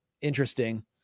interesting